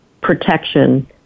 protection